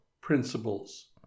principles